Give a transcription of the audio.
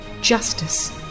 justice